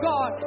God